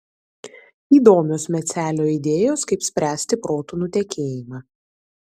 įdomios mecelio idėjos kaip spręsti protų nutekėjimą